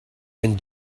and